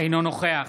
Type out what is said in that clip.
אינו נוכח